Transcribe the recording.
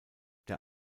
der